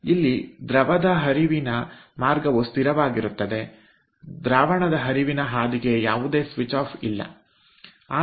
ಇಲ್ಲಿ ದ್ರವದ ಹರಿವಿನ ಮಾರ್ಗವು ಸ್ಥಿರವಾಗಿರುತ್ತದೆ ದ್ರವದ ಹರಿವಿನ ಹಾದಿ ಯಾವುದೇ ಸ್ವಿಚ್ ಆಫ್ ಆಗಿರುವುದಿಲ್ಲ